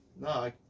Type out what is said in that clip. No